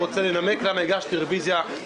אני רוצה לנמק למה הגשתי רוויזיה.